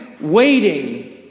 waiting